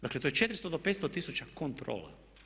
Dakle, to je 400 do 500 tisuća kontrola.